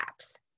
apps